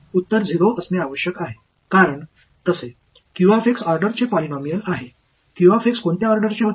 उत्तर 0 असणे आवश्यक आहे कारण तसे ऑर्डरचे पॉलिनॉमियल आहे कोणत्या ऑर्डरचे होते